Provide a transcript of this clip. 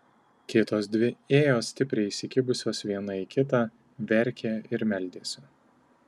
kitos dvi ėjo stipriai įsikibusios viena į kitą verkė ir meldėsi